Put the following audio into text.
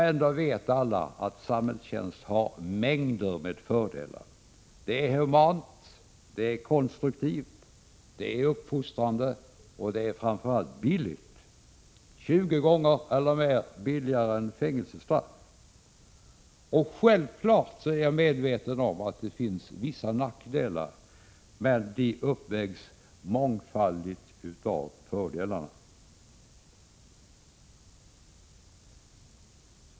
Ändå vet alla att samhällstjänst har mängder med fördelar. Det är humant, det är konstruktivt, det är uppfostrande och det är framför allt billigt — minst tjugo gånger billigare än fängelsestraff. Självfallet är jag medveten om att det också finns vissa nackdelar, men de uppvägs mångfaldigt av fördelarna.